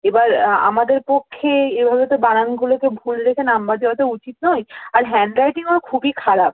এবার আমাদের পক্ষে এভাবে তো বানানগুলোকে ভুল দেখে নম্বর দেওয়া তো উচিত নয় আর হ্যান্ডরাইটিং ওর খুবই খারাপ